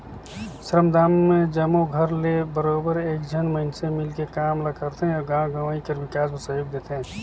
श्रमदान में जम्मो घर ले बरोबेर एक झन मइनसे मिलके काम ल करथे अउ गाँव गंवई कर बिकास में सहयोग देथे